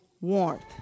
warmth